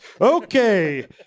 Okay